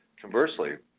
conversely,